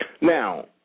Now